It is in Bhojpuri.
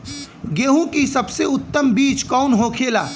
गेहूँ की सबसे उत्तम बीज कौन होखेला?